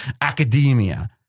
academia